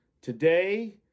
Today